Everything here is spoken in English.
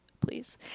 please